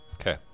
Okay